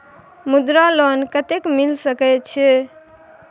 मुद्रा लोन कत्ते मिल सके छै?